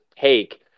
take